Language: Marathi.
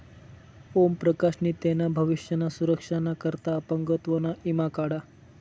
ओम प्रकाश नी तेना भविष्य ना सुरक्षा ना करता अपंगत्व ना ईमा काढा